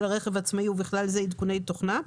הרכב העצמאי ובכלל זה עדכוני תוכנה.